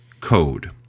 code